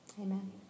Amen